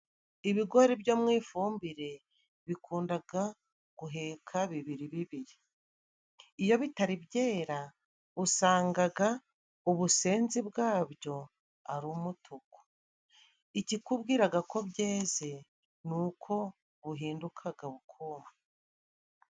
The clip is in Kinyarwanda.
Ibigori byo mu ifumbire bikundaga guheka bibiri bibiri. Iyo bitari byera usangaga ubusenzi bwabyo ari umutuku. Ikikubwiraga ko byeze ni uko buhindukaga bukuma.